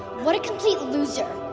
what a complete loser.